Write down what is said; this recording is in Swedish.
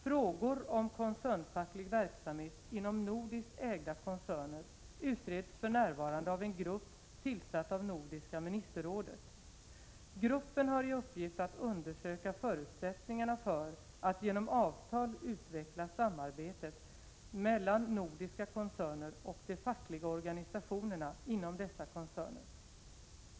Frågor om koncernfacklig verksamhet inom nordiskt ägda koncerner utreds för närvarande av en grupp tillsatt av Nordiska ministerrådet. 112 Gruppen har i uppgift att undersöka förutsättningarna för att genom avtal utveckla samarbetet mellan nordiska koncerner och de fackliga organisatio — Prot. 1987/88:24 nerna inom dessa koncerner.